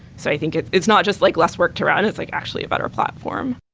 so i think it's it's not just like less work to run. it's like actually a better platform.